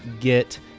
get